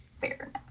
Fair